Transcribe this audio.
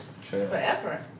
Forever